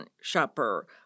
shopper